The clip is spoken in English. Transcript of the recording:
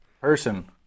person